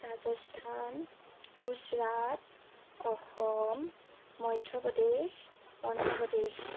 Rajasthan Gujarat Assam Madhya Pradesh Andhra Pradesh